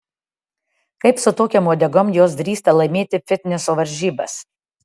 kaip su tokiom uodegom jos drįsta laimėti fitneso varžybas